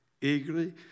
eagerly